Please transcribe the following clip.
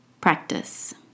practice